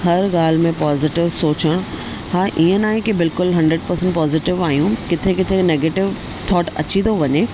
हर ॻाल्हि में पॉज़िटिव सोचण हा ईअं न आहे की बिल्कुलु हंडरेड पर्सेंट पॉज़िटिव आहियूं किथे किथे नैगेटिव थॉट अची थो वञे